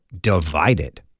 Divided